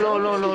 זה עבר אתמול.